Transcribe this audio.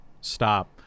stop